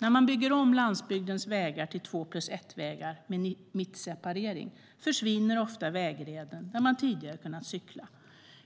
När man bygger om landsbygdens vägar till två-plus-ett-vägar med mittseparering försvinner ofta vägrenen där man tidigare har kunnat cykla.